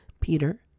Peter